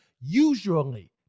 usually